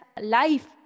life